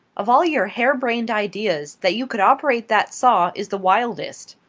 of all your hare-brained ideas, that you could operate that saw, is the wildest.